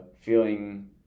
feeling